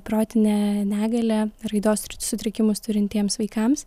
protinę negalią raidos sutrikimus turintiems vaikams